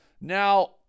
Now